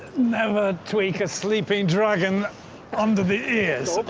never tweak a sleeping dragon under the ears